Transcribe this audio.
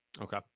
Okay